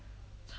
yes